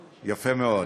כן, יפה מאוד.